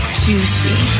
juicy